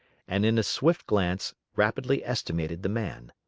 and in a swift glance rapidly estimated the man.